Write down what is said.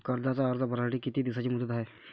कर्जाचा अर्ज भरासाठी किती दिसाची मुदत हाय?